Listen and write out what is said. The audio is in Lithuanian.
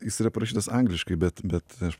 jis yra parašytas angliškai bet bet aš